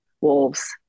wolves